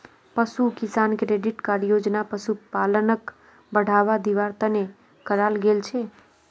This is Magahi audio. पशु किसान क्रेडिट कार्ड योजना पशुपालनक बढ़ावा दिवार तने कराल गेल छे